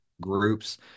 groups